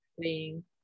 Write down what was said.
playing